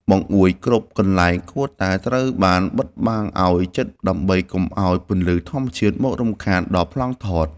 បង្អួចគ្រប់កន្លែងគួរតែត្រូវបានបិទបាំងឱ្យជិតដើម្បីកុំឱ្យពន្លឺធម្មជាតិមករំខានដល់ប្លង់ថត។